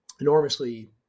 enormously